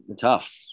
tough